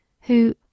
who